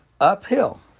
uphill